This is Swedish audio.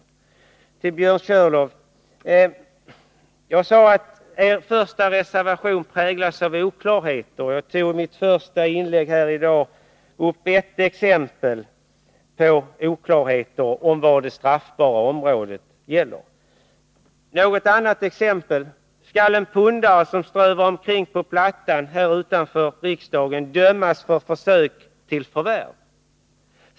Så till Björn Körlof. Jag sade att er första reservation präglas av oklarhet, och jag tog i mitt första inlägg upp ett exempel på oklarhet i fråga om vad det straffbara området omfattar. Jag kan ge flera exempel. Skall en pundare som strövar omkring på plattan här utanför riksdagen dömas för försök till förvärv?